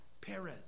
Perez